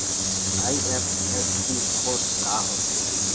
IFSC code का होथे?